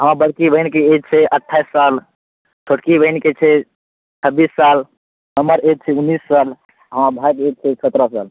हमर बड़की बहिनके एज छै अठाइस साल छोटकी बहिनके छै छब्बीस साल हमर एज छै उन्नैस साल हमर भायके एज छै सत्रह साल